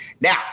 Now